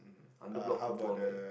under block football man